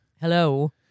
Hello